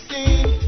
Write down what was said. See